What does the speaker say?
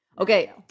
okay